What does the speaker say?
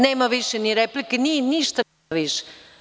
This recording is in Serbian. Nema više ni replike, ništa više.